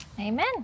Amen